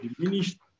diminished